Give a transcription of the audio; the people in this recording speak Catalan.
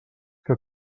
que